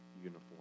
uniform